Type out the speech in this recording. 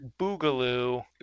Boogaloo